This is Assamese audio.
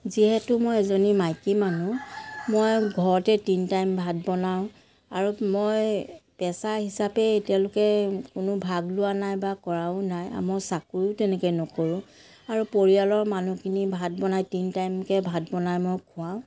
যিহেতু মই এজনী মাইকী মানুহ মই ঘৰতে তিনি টাইম ভাত বনাওঁ আৰু মই পেচা হিচাপে এতিয়ালৈকে কোনো ভাগ লোৱা নাই বা কৰাও নাই মই চাকৰিও তেনেকৈ নকৰোঁ আৰু পৰিয়ালৰ মানুহখিনি ভাত বনাই তিনি টাইমকৈ ভাত বনাই মই খুৱাওঁ